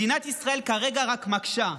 מדינת ישראל כרגע רק מקשה,